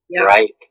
Right